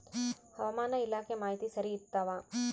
ಹವಾಮಾನ ಇಲಾಖೆ ಮಾಹಿತಿ ಸರಿ ಇರ್ತವ?